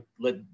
let